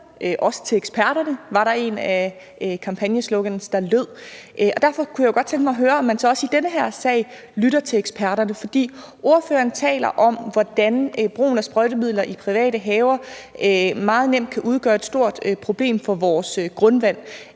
Også til eksperterne« var der et af kampagnesloganene der lød. Derfor kunne jeg godt tænke mig at høre, om man så også i denne sag lytter til eksperterne. For ordføreren taler om, hvordan brugen af sprøjtemidler i private haver meget nemt kan udgøre et stort problem for vores grundvand.